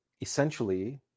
essentially